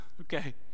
Okay